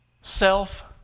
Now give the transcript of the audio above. self